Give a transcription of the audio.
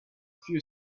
few